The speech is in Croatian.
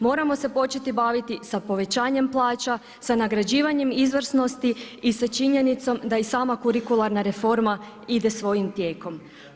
Moramo se početi baviti sa povećanjem plaća, sa nagrađivanjem izvrsnosti i sa činjenicom da i sama kurikularna reforma ide svojim tijekom.